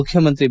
ಮುಖ್ಯಮಂತ್ರಿ ಬಿ